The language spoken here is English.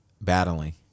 battling